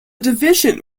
division